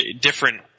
different